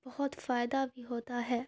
بہت فائدہ بھی ہوتا ہے